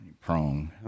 prong